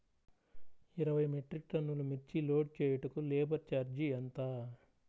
ఇరవై మెట్రిక్ టన్నులు మిర్చి లోడ్ చేయుటకు లేబర్ ఛార్జ్ ఎంత?